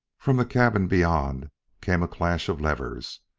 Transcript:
from the cabin beyond came a clash of levers,